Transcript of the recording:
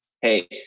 hey